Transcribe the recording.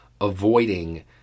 avoiding